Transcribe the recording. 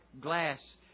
glass